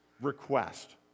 request